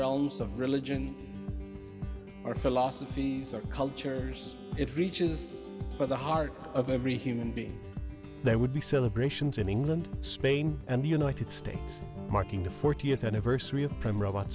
realms of religion or philosophy or cultures it reaches for the heart of every human being there would be celebrations in england spain and the united states marking the fortieth anniversary of prime robot